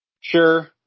Sure